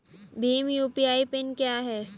Bhim UPI PIN क्या है?